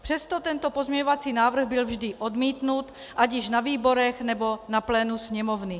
Přesto tento pozměňovací návrh byl vždy odmítnut ať již na výborech, nebo na plénu Sněmovny.